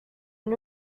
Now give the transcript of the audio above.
new